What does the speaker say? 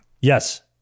Yes